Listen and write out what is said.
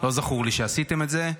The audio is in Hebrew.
לא זכור לי שעשיתם את זה.